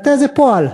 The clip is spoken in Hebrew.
מטה זה פועל.